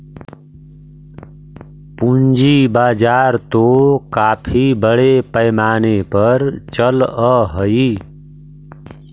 पूंजी बाजार तो काफी बड़े पैमाने पर चलअ हई